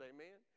Amen